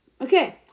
Okay